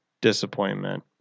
disappointment